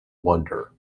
wonder